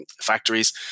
factories